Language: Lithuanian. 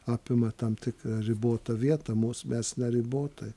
apima tam tikra ribotą vietą mūs mes neribotai